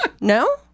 no